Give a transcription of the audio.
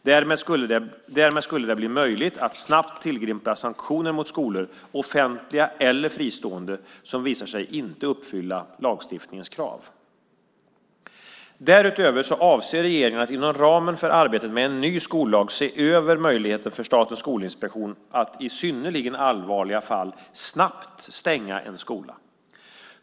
Därmed skulle det bli möjligt att snabbt tillgripa sanktioner mot skolor - offentliga eller fristående - som visar sig inte uppfylla lagstiftningens krav. Därutöver avser regeringen att inom ramen för arbetet med en ny skollag se över möjligheten för Statens skolinspektion att i synnerligen allvarliga fall snabbt stänga en skola.